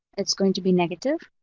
it's going to be negative,